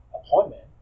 appointment